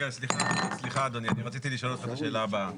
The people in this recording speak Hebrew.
סליחה אדוני, רציתי לשאול אותך את השאלה הבאה: